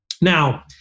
Now